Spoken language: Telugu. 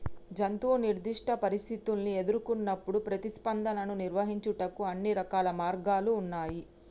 జంతువు నిర్దిష్ట పరిస్థితుల్ని ఎదురుకొన్నప్పుడు ప్రతిస్పందనను నిర్వహించుటకు అన్ని రకాల మార్గాలు ఉన్నాయి